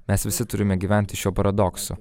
mes visi turime gyventi šiuo paradoksu